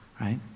right